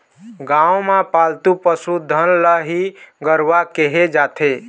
गाँव म पालतू पसु धन ल ही गरूवा केहे जाथे